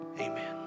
Amen